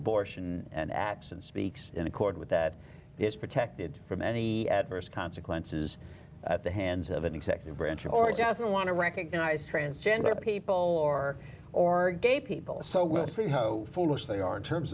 abortion and acts and speaks in accord with that is protected from any adverse concept it says at the hands of an executive branch yours doesn't want to recognize transgender people or or gay people so we'll see how foolish they are in terms